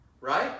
Right